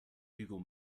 google